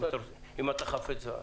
לא יקרה.